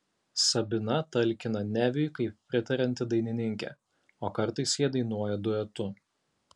sabina talkina neviui kaip pritarianti dainininkė o kartais jie dainuoja duetu